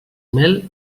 mel